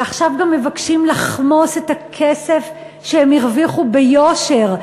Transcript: ועכשיו גם מבקשים לחמוס את הכסף שהם הרוויחו ביושר,